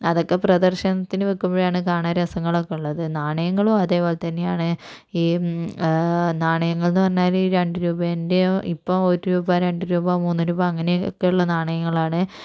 അതൊക്കെ പ്രദർശനത്തിന് വെക്കുമ്പഴാണ് കാണാൻ രസങ്ങളൊക്കുള്ളത് നാണയങ്ങളും അതേപോലെ തന്നെയാണ് ഈ നാണയങ്ങൾന്ന് പറഞ്ഞാല് രണ്ട് രൂപൻ്റെയോ ഇപ്പം ഒരു രൂപ രണ്ട് രൂപ മൂന്ന് രൂപ അങ്ങനെയൊക്കെയുള്ള നാണയങ്ങളാണ്